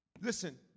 listen